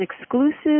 exclusive